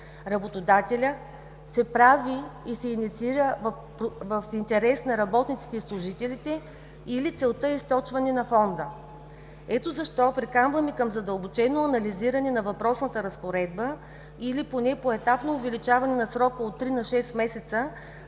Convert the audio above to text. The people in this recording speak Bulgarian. работодателя се прави и се инициира в интерес на работниците и служителите или целта е източване на Фонда. Ето защо приканваме към задълбочено анализиране на въпросната разпоредба или поне поетапно увеличаване на срока от три на шест месеца,